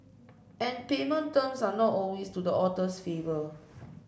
and payment terms are not always to the author's favour